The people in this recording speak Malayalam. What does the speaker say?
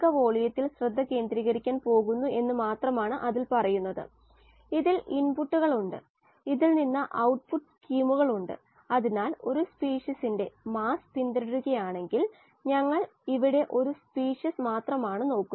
വാതക ദ്രാവക വിനിമയതലത്തിലേക്ക് പ്രവേശിക്കുന്ന ഓക്സിജന്റെ നിരക്ക് വാതക ദ്രാവക വിനിമയതലത്തിൽ നിന്നും പോകുന്ന ഓക്സിജൻറെ നിരക്ക് ഇനി നമുക്ക് ഫ്ലക്സ് നോക്കാം